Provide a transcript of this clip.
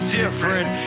different